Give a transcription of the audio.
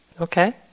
Okay